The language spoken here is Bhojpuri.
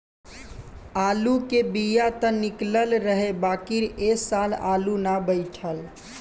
आलू के बिया त निकलल रहे बाकिर ए साल आलू ना बइठल